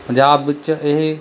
ਪੰਜਾਬ ਵਿੱਚ ਇਹ